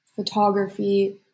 photography